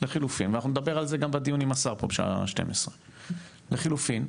ואנחנו נדבר על זה גם בדיון עם השר פה בשעה 12:00. לחילופין,